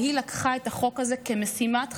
והיא לקחה את החוק הזה כמשימת חייה,